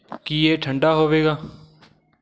ਕੀ ਇਹ ਠੰਢਾ ਹੋਵੇਗਾ